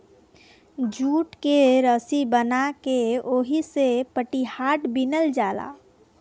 jute के रसी बना के ओहिसे पटिहाट बिनल जाला